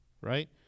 right